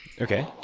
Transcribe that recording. Okay